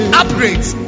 upgrades